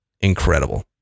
Incredible